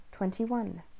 Twenty-one